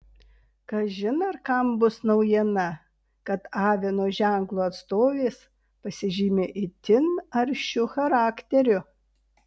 kažin ar kam bus naujiena kad avino ženklo atstovės pasižymi itin aršiu charakteriu